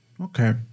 Okay